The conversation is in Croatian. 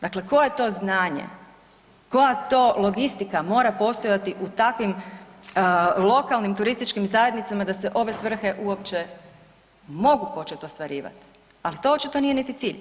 Dakle, koje to znanje, koja to logistika mora postojati u takvim lokalnim turističkim zajednicama da se ove svrhe uopće mogu počet ostvarivat, ali to očito nije niti cilj.